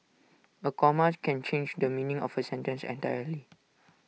A comma can change the meaning of A sentence entirely